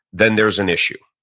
then there's an issue.